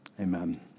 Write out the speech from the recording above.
amen